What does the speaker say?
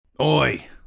oi